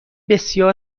بسیار